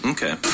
Okay